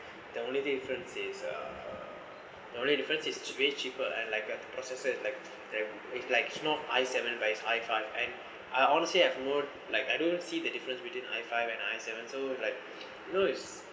the only difference is err the only difference is way cheaper like uh the processor like damn it's like it's not i seven but it's i five I I honestly have no like I don't see the difference between i five and i seven so like you know it's